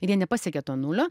ir jie nepasiekia to nulio